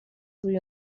روی